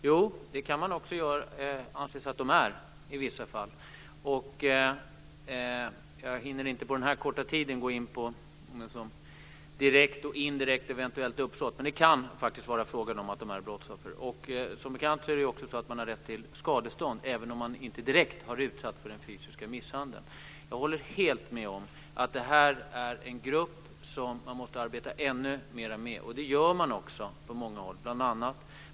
Herr talman! Jo, och det kan de också anses vara i vissa fall. Jag hinner inte på den här korta tiden gå in på detta med direkt och indirekt eventuellt uppsåt, men det kan faktiskt vara fråga om att de är brottsoffer. Som bekant har man också rätt till skadestånd även om man inte direkt har utsatts för den fysiska misshandeln. Jag håller helt med om att detta är en grupp som man måste arbeta ännu mera med, och det gör man också på många håll.